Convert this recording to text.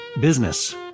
business